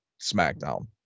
SmackDown